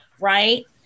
right